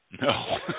No